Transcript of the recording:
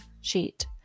sheet